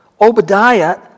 Obadiah